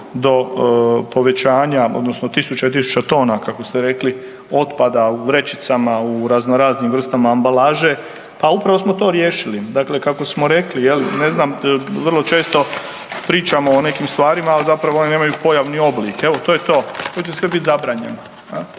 do povećanja odnosno tisuća i tisuća tona, kako ste rekli, otpada u vrećicama, u razno raznim vrstama ambalaže, pa upravo smo to riješili. Dakle, kako smo rekli je li, ne znam vrlo često pričamo o nekim stvarima, a zapravo one nemaju pojavni oblik. Evo to je to, to će sve bit zabranjeno